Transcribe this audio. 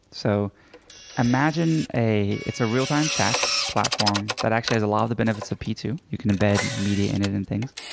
so imagine a it's a real time chat platform that actually has a lot of the benefits of p two. you can embed media in it and things.